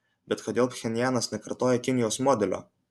bet kodėl pchenjanas nekartoja kinijos modelio